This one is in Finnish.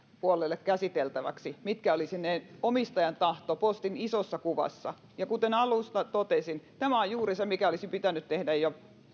puolelle käsiteltäväksi mikä olisi se omistajan tahto postin isossa kuvassa ja kuten alussa totesin tämä on juuri se mikä olisi pitänyt tehdä jo